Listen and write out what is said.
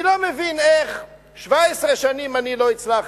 אני לא מבין איך 17 שנים אני לא הצלחתי,